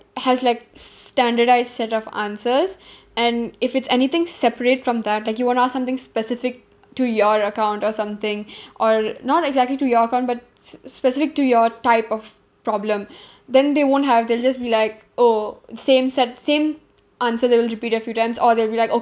has like standardised set of answers and if it's anything separate from that like you want to ask something specific to your account or something or not exactly to your account but s~ specific to your type of problem then they won't have they'll just be like oh same set same answer they will repeat a few times or they'll be like